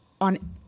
on